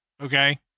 Okay